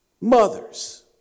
mothers